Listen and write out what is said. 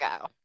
go